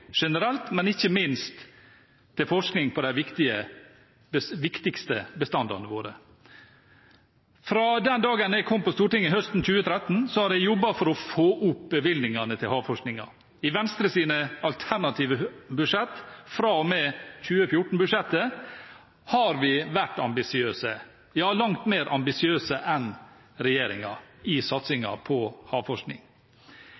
generelt og ikke minst til forskning på de viktigste bestandene våre. Fra den dagen jeg kom inn på Stortinget høsten 2013, har jeg jobbet for å få opp bevilgningene til havforskningen. I Venstres alternative budsjetter fra og med 2014-budsjettet har vi vært ambisiøse – ja langt mer ambisiøse enn regjeringen i